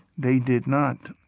they did not,